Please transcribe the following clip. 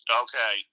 okay